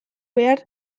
behar